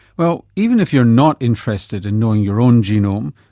well, even if you're not interested in knowing your own genome,